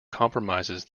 comprises